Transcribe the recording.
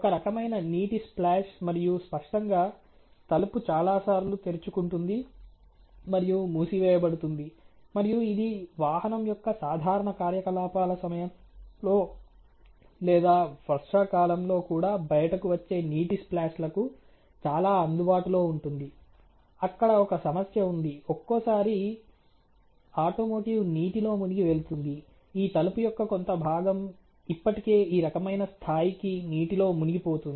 ఒక రకమైన నీటి స్ప్లాష్ మరియు స్పష్టంగా తలుపు చాలాసార్లు తెరుచుకుంటుంది మరియు మూసివేయబడుతుంది మరియు ఇది వాహనం యొక్క సాధారణ కార్యకలాపాల సమయంలో లేదా వర్షాకాలంలో కూడా బయటకు వచ్చే నీటి స్ప్లాష్లకు చాలా అందుబాటులో ఉంటుంది అక్కడ ఒక సమస్య ఉంది ఒక్కోసారి ఆటోమోటివ్ నీటిలో మునిగి వెళుతుంది ఈ తలుపు యొక్క కొంత భాగం ఇప్పటికే ఈ రకమైన స్థాయికి నీటిలో మునిగిపోతుంది